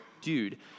dude